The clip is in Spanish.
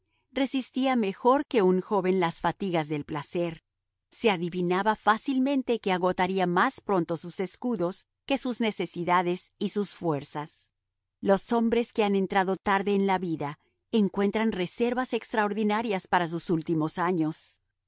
resistía mejor que un joven las fatigas del placer se adivinaba fácilmente que agotaría más pronto sus escudos que sus necesidades y sus fuerzas los hombres que han entrado tarde en la vida encuentran reservas extraordinarias para sus últimos años